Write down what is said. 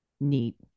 Neat